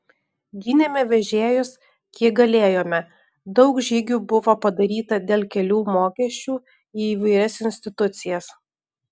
gynėme vežėjus kiek galėjome daug žygių buvo padaryta dėl kelių mokesčių į įvairias institucijas